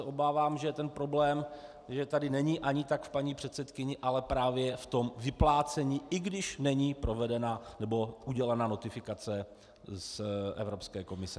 Obávám se, že problém tady není ani tak v paní předsedkyni, ale právě v tom vyplácení, i když není provedena nebo udělena notifikace z Evropské komise.